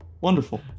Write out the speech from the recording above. wonderful